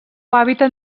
hàbitat